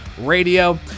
Radio